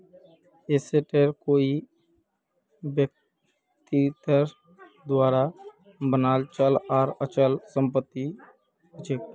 asset कोई व्यक्तिर द्वारा बनाल चल आर अचल संपत्ति हछेक